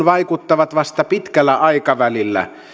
vaikuttavat vasta pitkällä aikavälillä